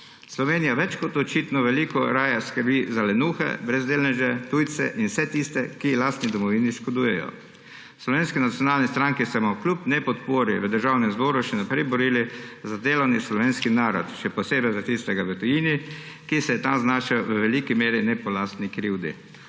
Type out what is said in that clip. Slovenija več kot očitno veliko raje skrbi za lenuhe, brezdelneže, tujce in vse tiste, ki lastni domovini škodujejo. V Slovenski nacionalni stranki se bomo kljub nepodpori v Državnem zboru še naprej borili za delovni slovenski narod, še posebej za tistega v tujini, ki se tam v veliki meri ni znašel po lastni krivdi.